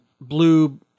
blue